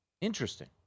Interesting